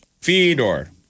FEDOR